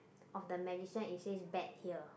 of the magician it says bet here